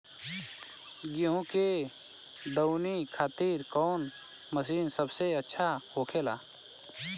गेहु के दऊनी खातिर कौन मशीन सबसे अच्छा होखेला?